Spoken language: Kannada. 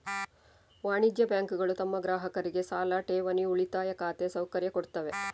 ವಾಣಿಜ್ಯ ಬ್ಯಾಂಕುಗಳು ತಮ್ಮ ಗ್ರಾಹಕರಿಗೆ ಸಾಲ, ಠೇವಣಿ, ಉಳಿತಾಯ ಖಾತೆ ಸೌಕರ್ಯ ಕೊಡ್ತವೆ